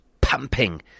pumping